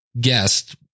guest